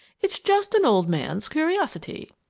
it's just an old man's curiosity!